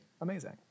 amazing